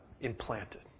implanted